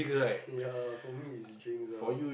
ya for me is drinks ah